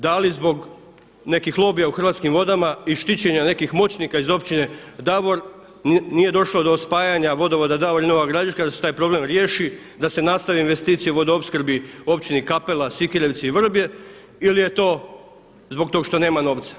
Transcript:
Da li zbog nekih lobija u Hrvatskim vodama i štićenja nekih moćnika iz Općine Davor nije došlo do spajanja vodovoda Davor i Nova Gradiška da se taj problem riješi, da se nastavi investicija u vodoopskrbi Općini Kapela, Sikirevci i Vrbje ili je to zbog toga što nema novca?